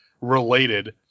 related